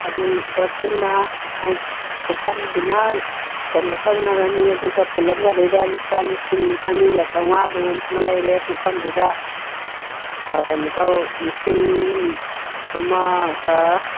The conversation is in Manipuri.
ꯑꯗꯨꯗ ꯄꯨꯟꯅ ꯑꯥ ꯄꯨꯈꯝꯗꯨꯅ ꯀꯩꯅꯣ ꯇꯧꯅꯔꯅꯤ ꯑꯗꯨꯒ ꯄꯨꯂꯞꯅ ꯑꯗꯩꯗ ꯂꯨꯄꯥ ꯂꯤꯁꯤꯡ ꯑꯅꯤꯒ ꯆꯥꯝꯃꯉꯥꯗꯨ ꯑꯃ ꯂꯩꯔꯦ ꯄꯨꯈꯝꯗꯨꯗ ꯑꯥ ꯀꯩꯅꯣ ꯇꯧ ꯂꯤꯁꯤꯡ ꯑꯃꯒ